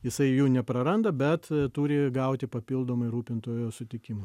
jisai jų nepraranda bet turi gauti papildomai rūpintojo sutikimą